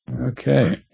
okay